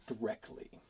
directly